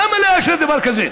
למה, למה לאשר דבר כזה?